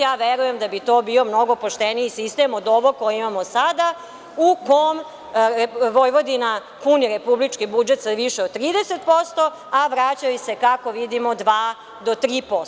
Ja verujem da bi to bio mnogo pošteniji sistem od ovoga koji imamo sada u kom Vojvodina puni republički budžet sa više od 30%, a vraća joj se, kako vidimo, dva do 3%